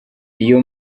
iyo